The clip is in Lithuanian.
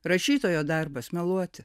rašytojo darbas meluoti